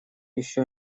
еще